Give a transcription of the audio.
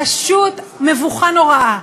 פשוט, מבוכה נוראה.